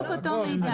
זה בדיוק אותו מידע.